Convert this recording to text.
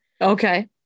Okay